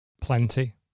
plenty